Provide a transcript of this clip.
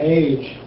age